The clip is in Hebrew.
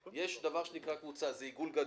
יש דבר שנקרא קבוצה זה עיגול גדול,